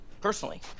personally